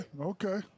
Okay